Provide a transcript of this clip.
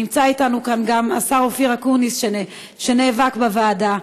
נמצא אתנו כאן גם השר אופיר אקוניס, שנאבק בוועדה.